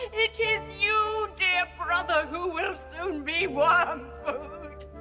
it is you, dear brother, who will soon be worm food.